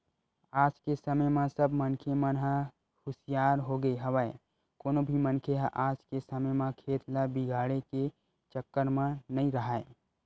आज के समे म सब मनखे मन ह हुसियार होगे हवय कोनो भी मनखे ह आज के समे म खेत ल बिगाड़े के चक्कर म नइ राहय